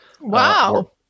Wow